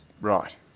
right